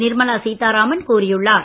நிர்மலா சீத்தாராமன் கூறியுள்ளார்